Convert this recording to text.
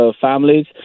families